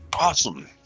Awesome